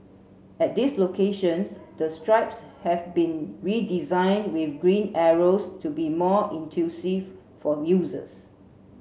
at these locations the strips have been redesigned with green arrows to be more for users